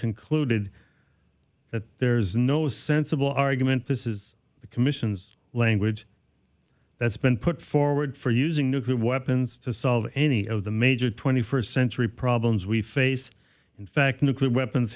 concluded that there's no sensible argument this is the commission's language that's been put forward for using nuclear weapons to solve any of the major twenty first century problems we face in fact nuclear weapons